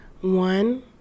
one